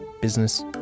business